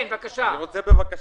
כן, בבקשה.